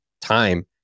time